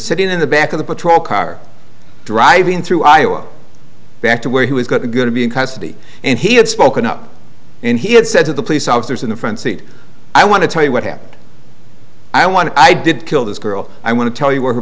sitting in the back of the patrol car driving through iowa back to where he was going to go to be in custody and he had spoken up and he had said to the police officers in the front seat i want to tell you what happened i want to i did kill this girl i want to tell you where her